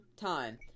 time